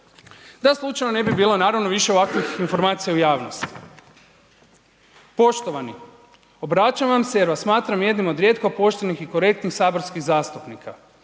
da slučajno ne bi bilo naravno više ovakvih informacija u javnosti. Poštovani, obraćam vam se jer vas smatram jednih od rijetko poštenih i korektnih saborskih zastupnika.